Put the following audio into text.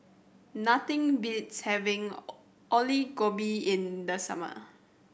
nothing beats having Alu Gobi in the summer